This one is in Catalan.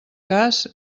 cas